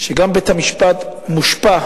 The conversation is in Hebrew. גם בית-המשפט מושפע